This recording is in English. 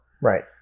Right